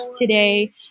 today